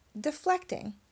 Deflecting